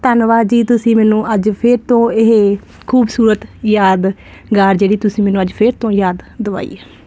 ਧੰਨਵਾਦ ਜੀ ਤੁਸੀਂ ਮੈਨੂੰ ਅੱਜ ਫਿਰ ਤੋਂ ਇਹ ਖੂਬਸੂਰਤ ਯਾਦਗਾਰ ਜਿਹੜੀ ਤੁਸੀਂ ਮੈਨੂੰ ਅੱਜ ਫਿਰ ਤੋਂ ਯਾਦ ਦਵਾਈ ਏ